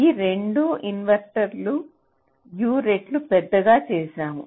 ఈ రెండు ఇన్వర్టర్లను U రెట్లు పెద్దగా చేసాము